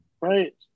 Right